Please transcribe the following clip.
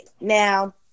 Now